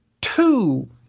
two